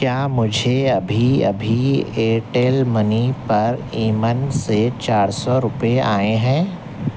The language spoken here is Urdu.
کیا مجھے ابھی ابھی ایرٹیل منی پر ایمن سے چار سو روپئے آئے ہیں